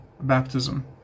baptism